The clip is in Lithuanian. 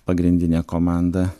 pagrindinė komanda